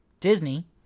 disney